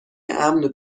امن